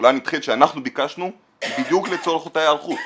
התחולה הנדחית שאנחנו ביקשנו היא בדיוק לצורך אותה היערכות.